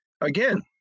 Again